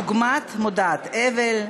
דוגמת מודעות אבל,